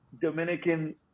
dominican